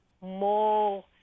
more